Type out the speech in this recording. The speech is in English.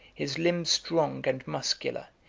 his limbs strong and muscular,